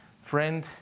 friend